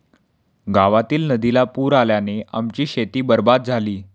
गावातील नदीला पूर आल्याने आमची शेती बरबाद झाली